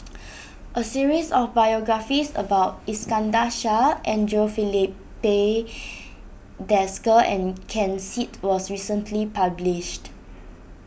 a series of biographies about Iskandar Shah Andre Filipe Desker and Ken Seet was recently published